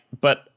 but-